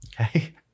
Okay